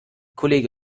kollege